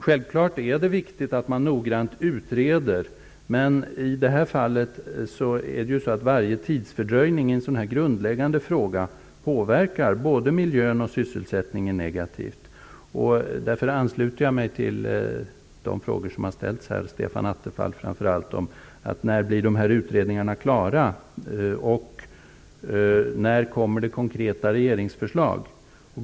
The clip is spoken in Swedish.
Självklart är det viktigt att man utreder noggrant, men varje tidsfördröjning i en sådan här grundläggande fråga påverkar både miljön och sysselsättningen negativt. Därför ansluter jag mig till de frågor som har ställts här, framför allt av Stefan Attefall. När blir utredningarna klara? När kommer det konkreta regeringsförslag?